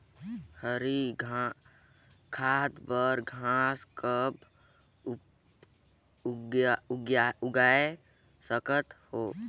हरी खाद बर घास कब उगाय सकत हो?